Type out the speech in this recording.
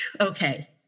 Okay